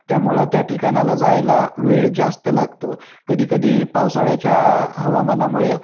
त्यामुळे त्या ठिकाणाला जायला वेळ जास्त लागतो कधीकधी पावसाळ्याच्या हवामानामुळे